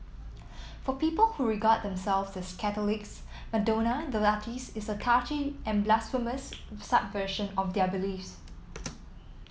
for people who regard themselves as Catholics Madonna the artiste is a touchy and blasphemous subversion of their beliefs